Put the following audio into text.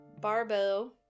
Barbo